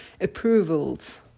approvals